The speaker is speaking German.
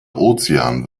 ozean